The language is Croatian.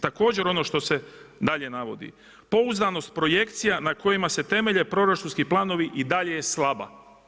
Također ono što se dalje navodi, pouzdanost projekcija na kojima se temelje proračunski planovi i dalje je slaba.